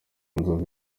nzovu